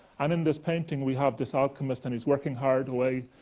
and in this painting, we have this alchemist and he's working hard away,